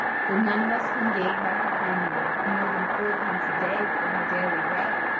for none of us can gain by her handiwork more than fourpence a day for her daily bread.